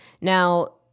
Now